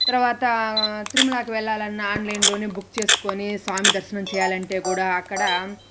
తర్వాతా తిరుమలకి వెళ్లాలన్నా ఆన్లైన్లోనే బుక్ చేసుకొని స్వామి దర్శనం చేయాలంటే కూడా అక్కడ